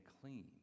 clean